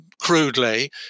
crudely